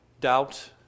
doubt